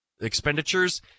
expenditures